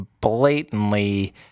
blatantly